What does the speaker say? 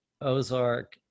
ozark